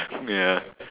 ya